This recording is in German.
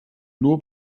nur